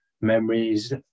memories